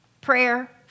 Prayer